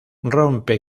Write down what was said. rompe